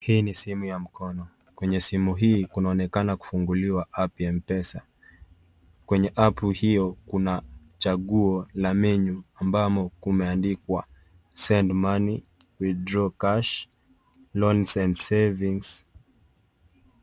Hii ni simu ya mkono, kwenye simu hii kunaonekana kufunguliwa app ya mpesa kwenye app hiyo kuna chaguo la menu ambamo kumeandikwa, send money, withdraw cash, loans and savings .